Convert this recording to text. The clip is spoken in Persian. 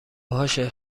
باشه